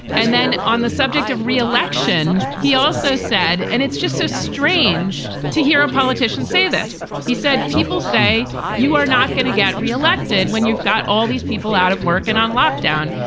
and then on the subject of reelection, he also said and it's just so strange to hear a politician say this. he said, people say you are not going to get reelected when you've got all these people out of work and on lockdown.